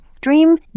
Dream